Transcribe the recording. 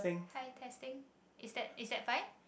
hi testing is that is that fine